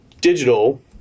digital